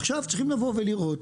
עכשיו, צריכים לבוא ולראות